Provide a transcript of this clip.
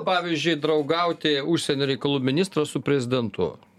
pavyzdžiui draugauti užsienio reikalų ministro su prezidentu